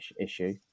issue